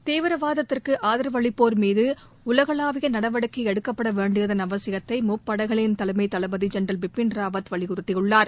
தீவிரவாதத்திற்கு ஆதரவு அளிப்போர் மீது உலகளாவிய நடவடிக்கை எடுக்கப்பட வேண்டியதன் அவசியத்தை முப்படைகளின் தலைமை தளபதி ஜெனரல் பிபின் ராவத் வலியுறுத்தியுள்ளார்